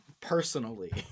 personally